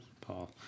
Paul